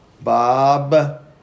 Bob